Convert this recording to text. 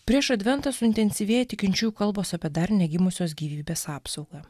prieš adventą suintensyvėja tikinčiųjų kalbos apie dar negimusios gyvybės apsaugą